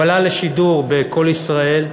הוא עלה לשידור ב"קול ישראל".